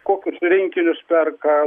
kokius rinkinius perka